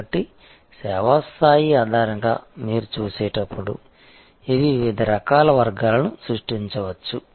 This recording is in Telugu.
కాబట్టి సేవా స్థాయి ఆధారంగా మీరు చూసేటప్పుడు ఇవి వివిధ రకాల వర్గాలను సృష్టించవచ్చు